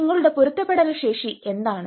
നിങ്ങളുടെ പൊരുത്തപ്പെടുത്തൽ ശേഷി എന്താണ്